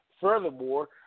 Furthermore